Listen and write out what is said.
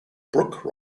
brooke